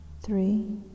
three